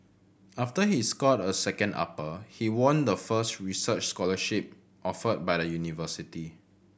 after he scored a second upper he won the first research scholarship offered by the university